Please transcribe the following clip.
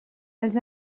els